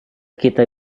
kita